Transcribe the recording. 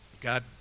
God